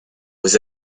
aux